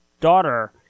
daughter